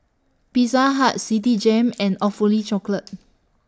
Pizza Hut Citigem and Awfully Chocolate